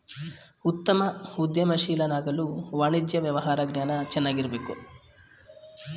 ಉತ್ತಮ ಉದ್ಯಮಶೀಲನಾಗಲು ವಾಣಿಜ್ಯ ವ್ಯವಹಾರ ಜ್ಞಾನ ಚೆನ್ನಾಗಿರಬೇಕು